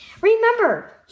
Remember